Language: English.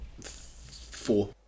Four